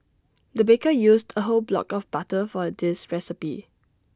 the baker used A whole block of butter for this recipe